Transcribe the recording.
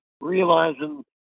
realizing